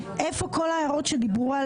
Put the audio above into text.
איפה כל ההערות שהעירו,